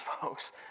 folks